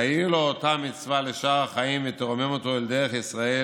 תאיר לו אותה מצווה לשאר החיים ותרומם אותו אל דרך ישראל.